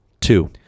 Two